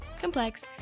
complex